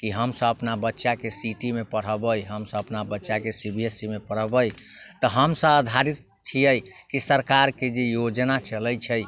की हमसब अपना बच्चाके सिटीमे पढ़ेबै हमसब अपना बच्चाके सी बी एस ई मे पढ़ेबै तऽ हमसब आधारित छिए कि सरकारके जे योजना चलै छै